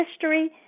history